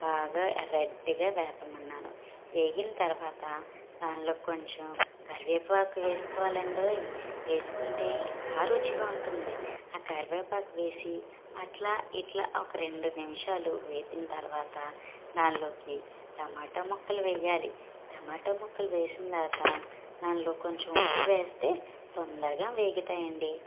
బాగా రెడ్గా వేపమన్నాను వేగిన తరువాత దానిలో కొంచెం కరివేపాకు వేసుకోవాలండోయ్ వేసుకుంటే ఇంకా రుచిగా ఉంటుంది ఆ కరివేపాకు వేసి అట్లా ఇట్లా ఒక రెండు నిమిషాలు వేపిన తరువాత దానిలోకి టమాట ముక్కలు వేయాలి టమాట ముక్కలు వేసిన దాత దానిలో కొంచెం ఉప్పు వేస్తే తొందరగా వేగుతాయండి